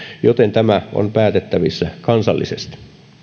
joten tämä on päätettävissä kansallisesti